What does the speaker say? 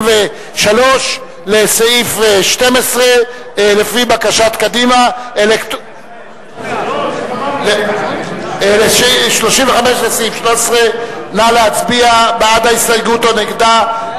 13. נא להצביע בעד ההסתייגות או נגדה.